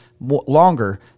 longer